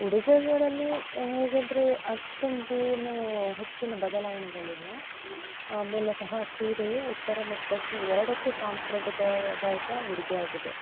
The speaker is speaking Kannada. ಉಡುಗೆಗಳಲ್ಲಿ ಹೇಗೆಂದರೆ ಅಷ್ಟೊಂದೇನೂ ಹೆಚ್ಚಿನ ಬದಲಾವಣೆಗಳಿಲ್ಲ ಮೂಲತಃ ಸೀರೆಯು ಉತ್ತರ ಮತ್ತು ದಕ್ಷಿಣ ಎರಡಕ್ಕೂ ಸಾಂಪ್ರಗತದಾಯಕ ಉಡುಗೆ ಆಗಿದೆ